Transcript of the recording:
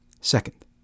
Second